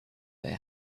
their